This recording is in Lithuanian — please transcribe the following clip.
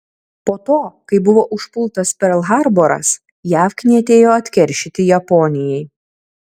po to kai buvo užpultas perl harboras jav knietėjo atkeršyti japonijai